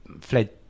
fled